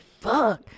fuck